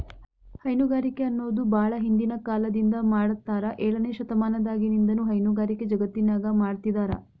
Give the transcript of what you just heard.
ಹೈನುಗಾರಿಕೆ ಅನ್ನೋದು ಬಾಳ ಹಿಂದಿನ ಕಾಲದಿಂದ ಮಾಡಾತ್ತಾರ ಏಳನೇ ಶತಮಾನದಾಗಿನಿಂದನೂ ಹೈನುಗಾರಿಕೆ ಜಗತ್ತಿನ್ಯಾಗ ಮಾಡ್ತಿದಾರ